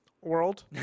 world